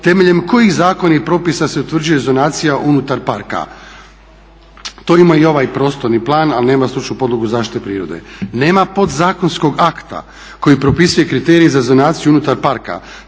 temeljem kojih zakonskih propisa se utvrđuje zonacija unutar parka. To ima i ovaj prostorni plan ali nema stručnu podlogu zaštite prirode. Nema podzakonskog akta koji propisuje kriterije za zonaciju unutar parka